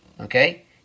Okay